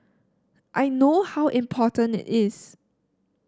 I know how important it is